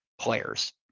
players